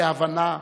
להבנה,